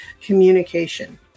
communication